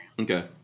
okay